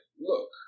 Look